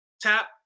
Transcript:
tap